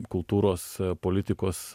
kultūros politikos